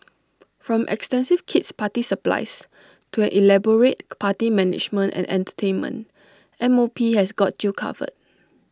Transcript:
from extensive kid's party supplies to an elaborate party management and entertainment M O P has got you covered